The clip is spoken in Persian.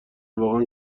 واقعا